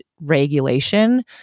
regulation